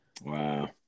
Wow